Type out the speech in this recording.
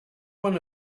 one